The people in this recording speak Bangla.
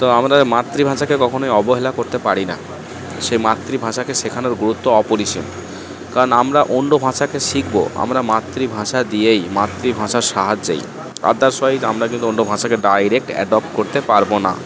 তো আমাদের মাতৃভাষাকে কখনই অবহেলা করতে পারি না সেই মাতৃভাষাকে শেখানোর গুরুত্ব অপরিসীম কারণ আমরা অন্য ভাষাকে শিখবো আমরা মাতৃভাষা দিয়েই মাতৃভাষার সাহায্যেই আদার্সওয়াইস আমরা যদি অন্য ভাষাকে ডাইরেক্ট অ্যাডপ্ট করতে পারবো না